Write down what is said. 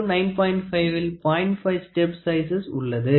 5 step size உள்ளது